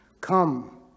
come